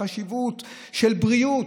בחשיבות של בריאות,